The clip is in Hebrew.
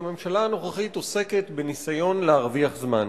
שהיא עוסקת בניסיון להרוויח זמן.